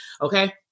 Okay